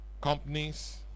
companies